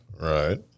Right